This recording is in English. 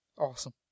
Awesome